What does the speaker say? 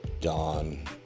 dawn